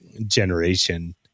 generation